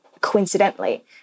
coincidentally